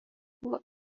buvo